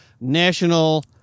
National